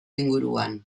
inguruan